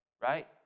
right